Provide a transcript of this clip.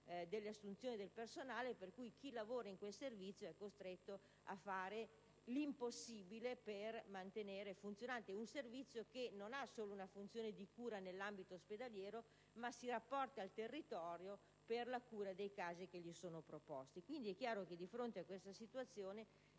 delle assunzioni del personale, per cui chi lavora in quel reparto è costretto a fare l'impossibile per mantenere funzionante un servizio che non ha soltanto una funzione di cura nell'ambito ospedaliero, ma si rapporta al territorio per la cura dei casi che gli sono proposti. È pertanto chiaro che di fronte a tale situazione